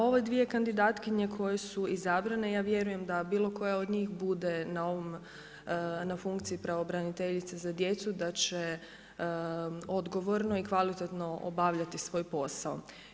Ove dvije kandidatkinje koje su izabrane, ja vjerujem da bilo koja od njih bude na funkciji pravobraniteljice za djecu da će odgovorno i kvalitetno obavljati svoj posao.